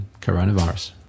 coronavirus